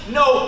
no